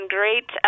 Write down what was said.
great